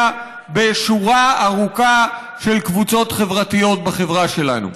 בשורה ארוכה של קבוצות חברתיות בחברה שלנו.